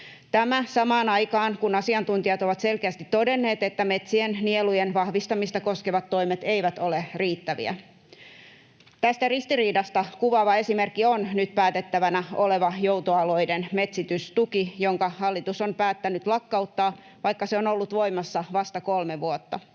Tämä samaan aikaan, kun asiantuntijat ovat selkeästi todenneet, että metsien nielujen vahvistamista koskevat toimet eivät ole riittäviä. Tästä ristiriidasta kuvaava esimerkki on nyt päätettävänä oleva joutoalueiden metsitystuki, jonka hallitus on päättänyt lakkauttaa, vaikka se on ollut voimassa vasta kolme vuotta.